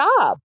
job